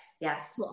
Yes